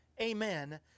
amen